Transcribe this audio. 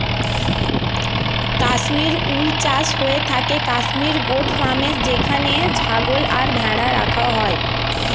Kashmir wool চাষ হয়ে থাকে কাশ্মীর গোট ফার্মে যেখানে ছাগল আর ভেড়া রাখা হয়